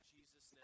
Jesus